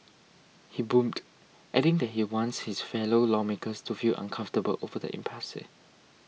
he boomed adding that he wants his fellow lawmakers to feel uncomfortable over the impasse